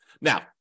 Now